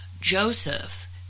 Joseph